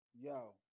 yo